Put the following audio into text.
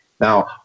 Now